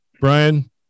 Brian